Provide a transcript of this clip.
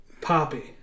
Poppy